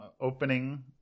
opening